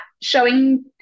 showing